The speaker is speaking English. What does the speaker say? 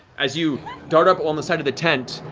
as you dart up along the side of the tent,